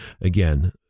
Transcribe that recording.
again